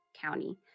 County